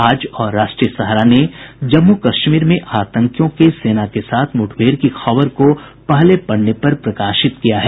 आज और राष्ट्रीय सहारा ने जम्मू कश्मीर में आतंकियों के सेना के साथ मुठभेड़ की खबर को पहले पन्ने पर प्रकाशित किया है